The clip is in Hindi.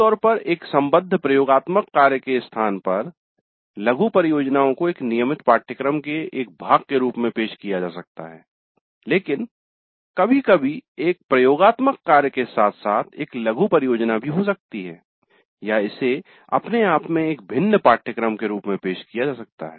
आमतौर पर एक संबद्ध प्रयोगात्मक कार्य के स्थान पर लघु परियोजनाओ को एक नियमित पाठ्यक्रम के एक भाग के रूप में पेश किया जा सकता है लेकिन कभी कभी एक प्रयोगात्मक कार्य के साथ साथ एक लघु परियोजना भी हो सकती है या इसे अपने आप में एक भिन्न पाठ्यक्रम के रूप में पेश किया जा सकता है